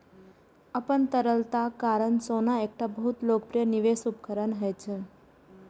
अपन तरलताक कारण सोना एकटा बहुत लोकप्रिय निवेश उपकरण होइ छै